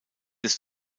des